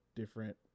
different